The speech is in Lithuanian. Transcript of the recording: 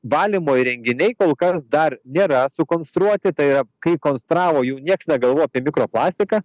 valymo įrenginiai kol kas dar nėra sukonstruoti tai yra kai konstravo jų nieks negalvojo apie mikroplastiką